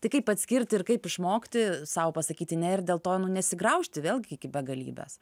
tai kaip atskirti ir kaip išmokti sau pasakyti ne ir dėl to nesigraužti vėlgi iki begalybės